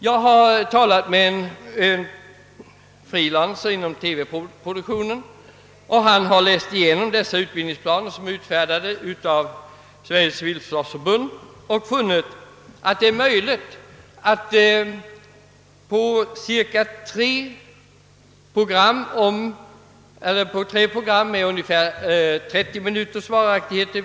Jag har talat med en free lancer in om TV-produktionen, och han har läst igenom de utbildningsplaner som utfärdats av Sveriges civilförsvarsförbund och funnit att det är möjligt att ge denna information i cirka tre program med vardera 30 minuters varaktighet.